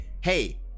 Hey